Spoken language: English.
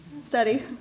study